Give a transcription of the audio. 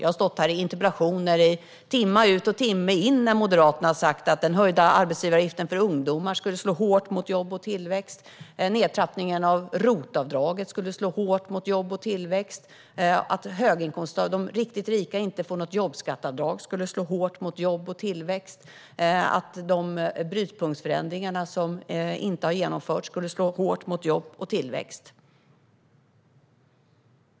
Jag har stått här timme ut och timme in under interpellationsdebatter där Moderaterna har sagt att den höjda arbetsgivaravgiften för ungdomar skulle slå hårt mot jobb och tillväxt; nedtrappningen av ROT-avdraget skulle slå hårt mot jobb och tillväxt; att de riktigt rika inte får något jobbskatteavdrag skulle slå hårt mot jobb och tillväxt; att brytpunktsförändringarna som inte har genomförts skulle slå hårt mot jobb och tillväxt.